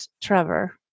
Trevor